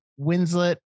Winslet